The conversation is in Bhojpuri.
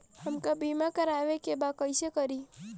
हमका बीमा करावे के बा कईसे करी?